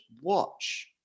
watch